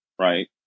right